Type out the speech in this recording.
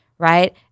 Right